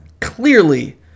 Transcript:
clearly